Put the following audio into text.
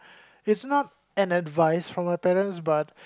it's not an advice from a parents but